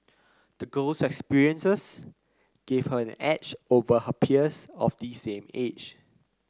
the girl's experiences gave her an edge over her peers of the same age